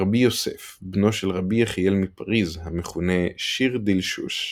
רבי יוסף בנו של רבי יחיאל מפריז המכונה "שיר דילשוש"